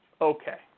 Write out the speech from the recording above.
Okay